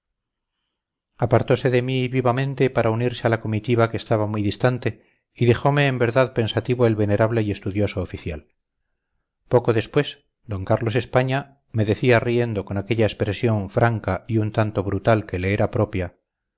apartose de mí vivamente para unirse a la comitiva que estaba muy distante y dejome en verdad pensativo el venerable y estudioso oficial poco después d carlos españa me decía riendo con aquella expresión franca y un tanto brutal que le era propia